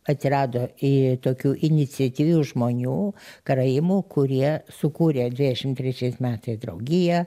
atsirado i tokių iniciatyvių žmonių karaimų kurie sukūrė dvidešim trečiais metais draugiją